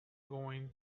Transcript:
going